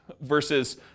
Versus